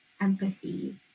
empathy